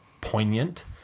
poignant